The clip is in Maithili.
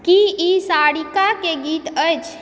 की ई सारिकाके गीत अछि